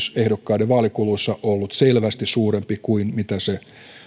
ehdokkaiden vaalikuluissa on siis ollut selvästi suurempi kuin mitä se